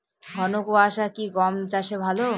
ঘন কোয়াশা কি গম চাষে ভালো?